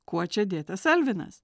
kuo čia dėtas alvinas